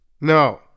No